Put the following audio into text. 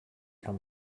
come